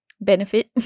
Benefit